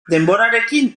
denborarekin